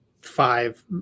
five